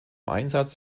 einsatz